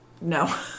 no